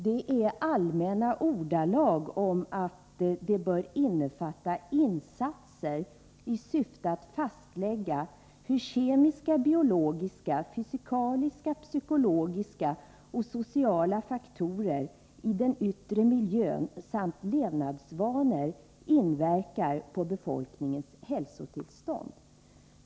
Det är allmänna ordalag om att verksamheten bör innefatta insatser i syfte att fastlägga hur kemiska, biologiska, fysikaliska, psykologiska och sociala faktorer i den yttre miljön samt levnadsvanor inverkar på befolkningens hälsotillstånd.